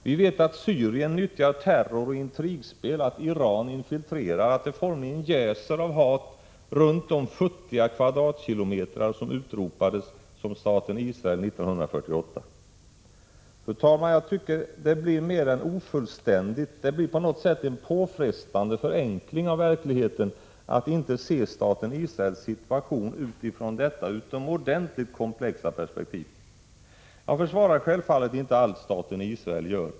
Vi vet att Syrien nyttjar terror och intrigspel, att Iran infiltrerar, att det formligen jäser av hat runt de futtiga kvadratkilometrar som utropades som staten Israel 1948. Fru talman! Jag tycker det blir mer än ofullständigt, det blir på något sätt en påfrestande förenkling av verkligheten att inte se staten Israels situation utifrån detta utomordentligt komplexa perspektiv. Jag försvarar självfallet inte allt staten Israel gör.